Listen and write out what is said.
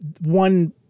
one